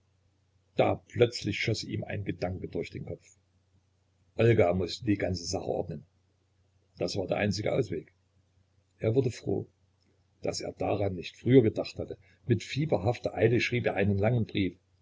da plötzlich schoß ihm ein gedanke durch den kopf olga mußte die ganze sache ordnen das war der einzige ausweg er wurde froh daß er daran nicht früher gedacht hatte mit fieberhafter eile schrieb er einen langen brief